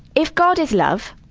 if god is love,